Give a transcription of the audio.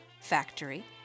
factory